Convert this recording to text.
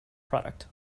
product